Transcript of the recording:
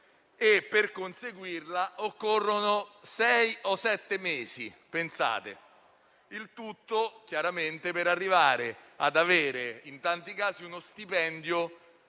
per conseguirla occorrono sei o sette mesi, pensate. Tutto, chiaramente, per arrivare ad avere, in tanti casi, uno stipendio